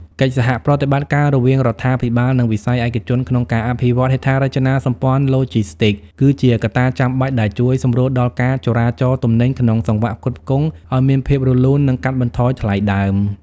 កិច្ចសហប្រតិបត្តិការរវាងរដ្ឋាភិបាល និងវិស័យឯកជនក្នុងការអភិវឌ្ឍហេដ្ឋារចនាសម្ព័ន្ធឡូជីស្ទីក គឺជាកត្តាចាំបាច់ដែលជួយសម្រួលដល់ការចរាចរទំនិញក្នុងសង្វាក់ផ្គត់ផ្គង់ឱ្យមានភាពរលូន និងកាត់បន្ថយថ្លៃដើម។